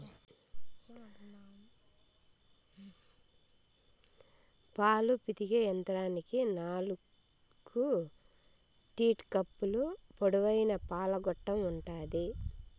పాలు పితికే యంత్రానికి నాలుకు టీట్ కప్పులు, పొడవైన పాల గొట్టం ఉంటాది